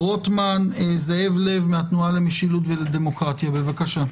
זאב לב מהתנועה למשילות ודמוקרטיה, בבקשה.